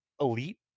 elite